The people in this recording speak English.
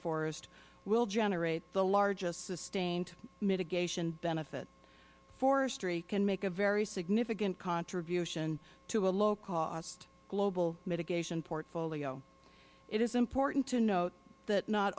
forest will generate the largest sustained mitigation benefit forestry can make a very significant contribution to a low cost global mitigation portfolio it is important to note that not